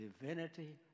divinity